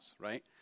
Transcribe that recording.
right